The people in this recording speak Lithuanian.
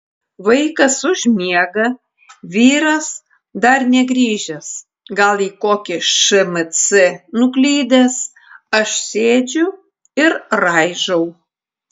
vaikas užmiega vyras dar negrįžęs gal į kokį šmc nuklydęs aš sėdžiu ir raižau